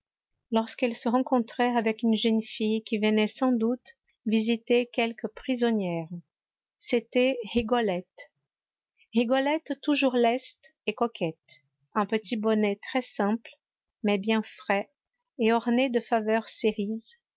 lorsqu'elles se rencontrèrent avec une jeune fille qui venait sans doute visiter quelque prisonnière c'était rigolette rigolette toujours leste et coquette un petit bonnet très-simple mais bien frais et orné de faveurs cerise